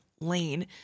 Lane